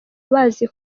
bazi